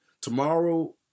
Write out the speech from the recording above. Tomorrow